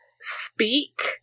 Speak